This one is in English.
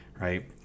right